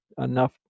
enough